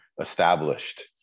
established